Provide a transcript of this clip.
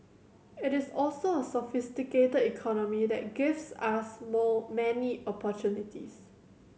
it is also a sophisticated economy that gives us more many opportunities